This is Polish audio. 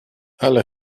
ale